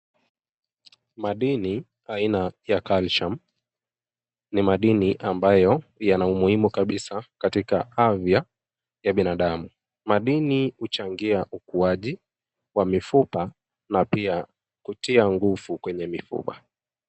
Madini aina ya calcium ni madini ambayo yana umuhimu kabisa katika afya ya binadamu. Madini huchangia ukuaji wa mifupa na pia kutia nguvu kwenye mifupa.